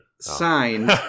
signed